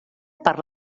per